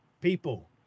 People